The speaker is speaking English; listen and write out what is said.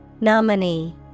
Nominee